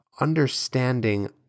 understanding